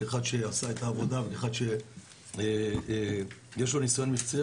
כאחד שעשה את הוועדה וכאחד שיש לו ניסיון מקצועי,